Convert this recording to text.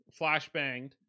flashbanged